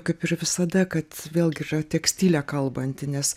kaip ir visada kad vėlgi yra tekstilė kalbanti nes